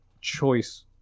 choice